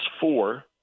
four